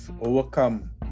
overcome